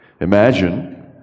imagine